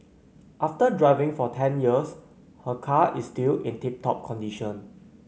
after driving for ten years her car is still in tip top condition